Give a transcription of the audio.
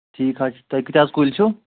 ٹھیٖک حظ چھُ تۄہہِ کۭتیٛاہ حظ کُلۍ چھِو